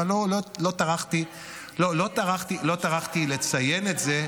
אבל לא טרחתי לציין את זה,